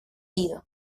ido